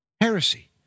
heresy